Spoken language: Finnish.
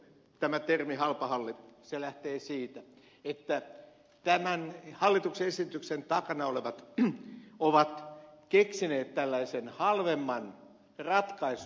tämä termi halpahalli lähtee siitä että tämän hallituksen esityksen takana olevat ovat keksineet tällaisen halvemman ratkaisun